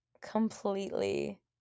completely